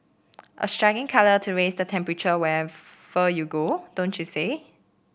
a striking colour to raise the temperature wherever you go don't you say